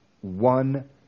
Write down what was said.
one